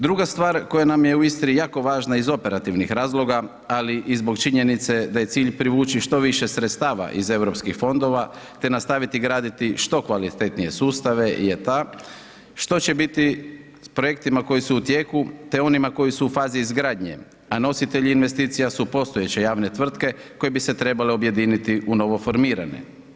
Druga stvar koja nam je u Istri jako važna iz operativnih razloga ali i zbog činjenice da je cilj privući što više sredstava iz eu fondova te nastaviti graditi što kvalitetnije sustave je ta što će bit s projektima koji su u tijeku te onima koji su u fazi izgradnje a nositelji investicija su postojeće javne tvrtke koje bi se trebale objediniti u novo formirane.